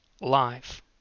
life